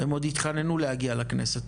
הם עוד יתחננו להגיע לכנסת.